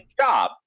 job